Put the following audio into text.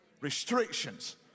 Restrictions